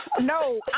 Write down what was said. No